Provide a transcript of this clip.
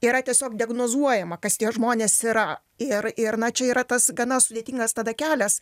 yra tiesiog diagnozuojama kas tie žmonės yra ir ir na čia yra tas gana sudėtingas tada kelias